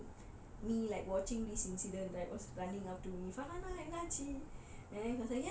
me like watching this incident right was running up to me farhanah என்னாச்சு ஏன் மூஞ்சி:yenaachu yaen munji full ah ரத்தம்:ratham